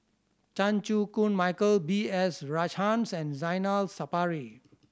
Chan Chew Koon Michael B S Rajhans and Zainal Sapari